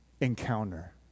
encounter